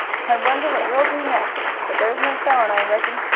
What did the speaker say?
i wonder what you'll do next? but there's no telling, i reckon.